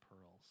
pearls